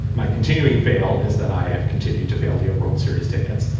my continuing fail is that i have continued to fail the world series tickets.